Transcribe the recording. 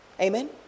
Amen